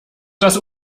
das